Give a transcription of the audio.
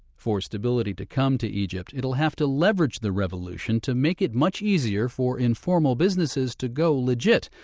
for stability to come to egypt it'll have to leverage the revolution to make it much easier for informal businesses to go legit,